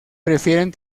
prefieren